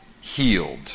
healed